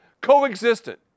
coexistent